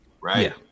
right